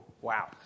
Wow